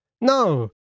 No